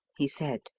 he said,